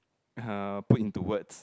uh put into words